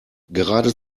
gerade